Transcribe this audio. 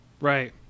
Right